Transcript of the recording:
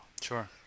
Sure